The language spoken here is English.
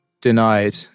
denied